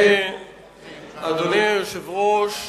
אדוני היושב-ראש,